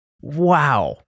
wow